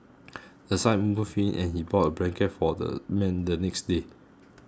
the sight moved him and he bought a blanket for the man the next day